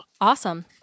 Awesome